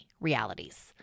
realities